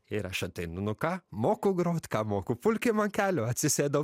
ir aš ateinu nu ką moku grot ką moku pulkim ant kelių atsisėdau